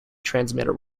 transmitter